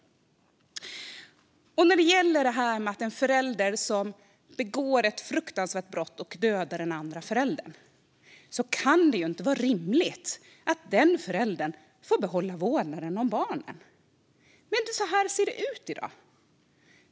När det gäller detta med en förälder som begår det fruktansvärda brottet att döda den andra föräldern kan det ju inte vara rimligt att denne får behålla vårdnaden om barnet. Men så ser det ut i dag.